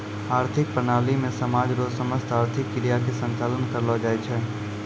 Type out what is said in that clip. आर्थिक प्रणाली मे समाज रो समस्त आर्थिक क्रिया के संचालन करलो जाय छै